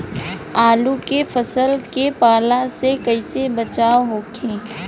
आलू के फसल के पाला से कइसे बचाव होखि?